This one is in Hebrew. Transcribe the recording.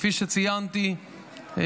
כפי שציינתי,